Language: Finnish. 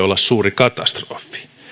olla suuri katastrofi